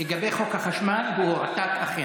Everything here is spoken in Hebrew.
לגבי חוק החשמל, הוא אכן הועתק.